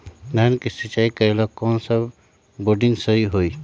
धान के सिचाई करे ला कौन सा बोर्डिंग सही होई?